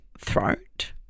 throat